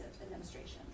administration